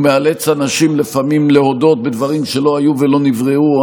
הוא מאלץ אנשים לפעמים להודות בדברים שלא היו ולא נבראו.